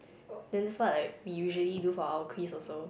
then just what like we usually do for our quiz also